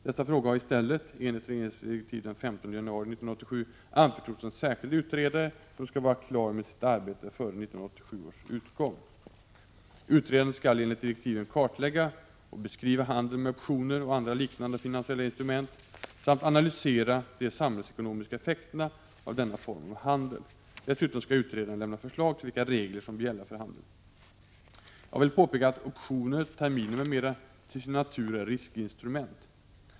Dessa frågor har i stället, enligt regeringens direktiv den 15 januari 1987 , anförtrotts en särskild utredare, som skall vara klar med sitt arbete före 1987 års utgång. Utredaren skall enligt direktiven kartlägga och beskriva handeln med optioner och andra liknande finansiella instrument samt analysera de samhällsekonomiska effekterna av denna form av handel. Dessutom skall utredaren lämna förslag till vilka regler som bör gälla för handeln. Jag vill påpeka att optioner, terminer m.m. till sin natur är riskinstrument.